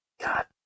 God